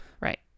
Right